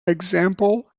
example